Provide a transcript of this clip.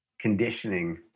conditioning